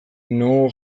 nongo